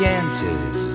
answers